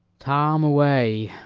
tom, away!